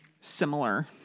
similar